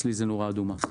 אצלי זה נורה אדומה,